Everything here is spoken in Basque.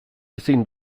ezin